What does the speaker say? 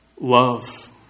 love